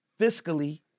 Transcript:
fiscally